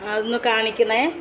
അതൊന്നു കാണിക്കണേ